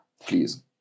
please